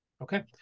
Okay